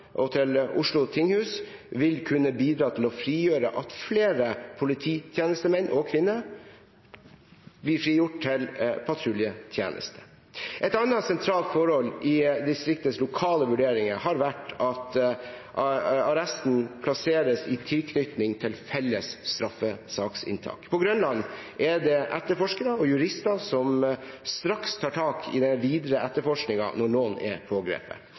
og til Oslo tinghus vil kunne bidra til at flere polititjenestemenn og -kvinner blir frigjort til patruljetjeneste. Et annet sentralt forhold i distriktets lokale vurderinger har vært at arresten plasseres i tilknytning til felles straffesaksinntak. På Grønland er det etterforskere og jurister som straks tar tak i den videre etterforskningen når noen er pågrepet.